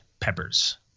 peppers